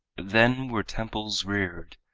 then were temples reared,